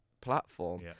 platform